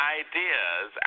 ideas